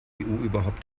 überhaupt